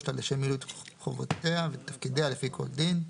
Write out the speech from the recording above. לה לשם מילוי חובותיה ותפקידיה לפי כל דין.